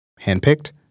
Handpicked